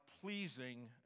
pleasing